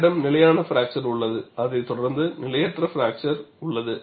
உங்களிடம் நிலையான பிராக்சர் உள்ளது அதைத் தொடர்ந்து நிலையற்ற பிராக்சர் உள்ளது